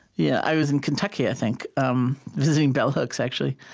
yeah i was in kentucky, i think um visiting bell hooks, actually.